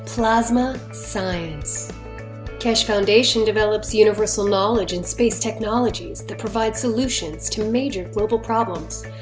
plasma science keshe foundation develops universal knowledge and space technologies that provide solutions to major global problems,